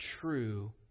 true